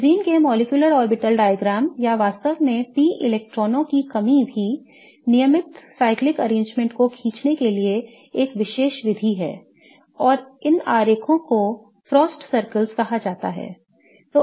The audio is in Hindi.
बेंजीन के molecular orbital diagrams या वास्तव में p इलेक्ट्रॉनों की किसी भी नियमित चक्रीय व्यवस्था को खींचने के लिए एक विशेष विधि है और इन आरेखों को फ्रॉस्ट सर्कल कहा जाता है